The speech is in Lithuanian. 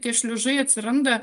tie šliužai atsiranda